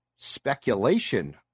Speculation